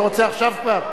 אתה רוצה כבר עכשיו?